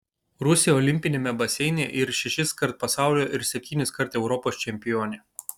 rusė olimpiniame baseine ir šešiskart pasaulio ir septyniskart europos čempionė